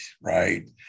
right